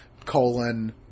Colon